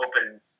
open